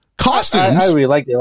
costumes